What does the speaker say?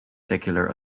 secular